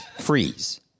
Freeze